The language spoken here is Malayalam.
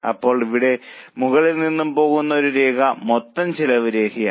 അപ്പോൾ അവിടെ നിന്നും മുകളിലേക്ക് പോകുന്ന ഒരു രേഖ മൊത്തം ചെലവ് രേഖയാണ്